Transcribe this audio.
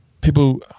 People